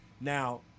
Now